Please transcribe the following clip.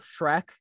shrek